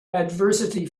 adversity